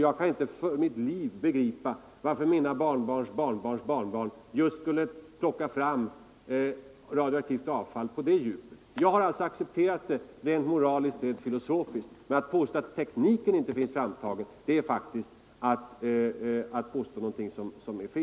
Jag kan för mitt liv inte begripa varför mina barnbarns barnbarns barnbarn skulle hämta upp radioaktivt avfall från det djupet. Jag har alltså accepterat metoden rent moraliskt och filosofiskt. Att säga att tekniken inte finns framtagen är faktiskt att göra ett felaktigt påstående.